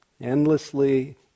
Endlessly